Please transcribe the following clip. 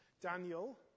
Daniel